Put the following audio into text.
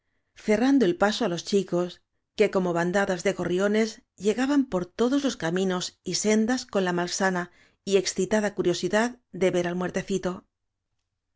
cerrando el paso á los chicos que como bandadas de gorriones llegaban por todos los caminos y sendas con la malsana y excitada curiosidad de ver al muertecito